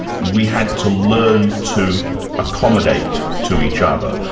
we had to learn to accommodate to each other.